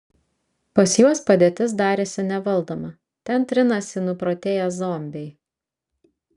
pas juos padėtis darėsi nevaldoma ten trinasi nuprotėję zombiai